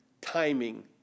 timing